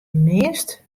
meast